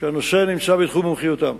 שהנושא נמצא בתחום מומחיותם.